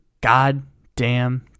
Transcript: goddamn